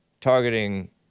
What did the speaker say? targeting